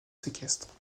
séquestre